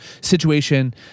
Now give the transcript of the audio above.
situation